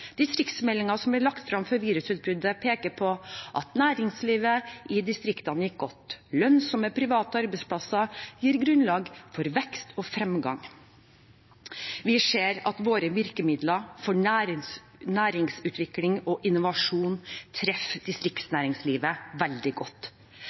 Distriktsmeldingen som ble lagt frem før virusutbruddet, pekte på at næringslivet i distriktene gikk godt. Lønnsomme private arbeidsplasser gir grunnlag for vekst og fremgang. Vi ser at våre virkemidler for næringsutvikling og innovasjon treffer